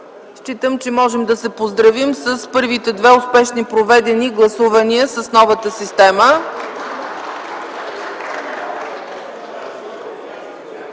Смятам, че можем да се поздравим с първите две успешно проведени гласувания с новата система.